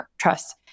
trust